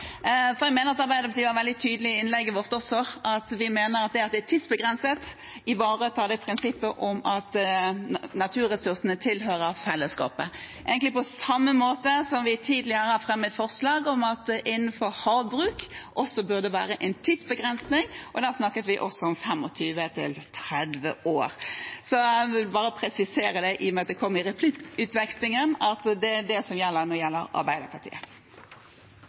Jeg mener at vi i Arbeiderpartiet var veldig tydelige i innlegget vårt: Vi mener at det at det er tidsbegrenset, ivaretar prinsippet om at naturressursene tilhører fellesskapet, egentlig på samme måte som vi tidligere har fremmet forslag om at det innenfor havbruk også burde være en tidsbegrensning, og der snakket vi også om 25–30 år. Jeg vil bare presisere det, i og med at det kom opp i replikkvekslingen, at det er det som gjelder